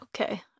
Okay